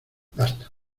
basta